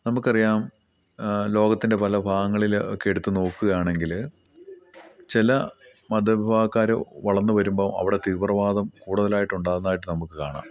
നമുക്ക് അറിയാം ലോകത്തിൻ്റെ പല ഭാഗങ്ങളിൽ ഒക്കെ എടുത്ത് നോക്കുകയാണെങ്കിൽ ചില മതവിഭാഗക്കാർ വളർന്നു വരുമ്പോൾ അവിടെ തീവ്രവാദം കൂടുതലായിട്ട് ഉണ്ടാവുന്നതായിട്ട് നമുക്ക് കാണാം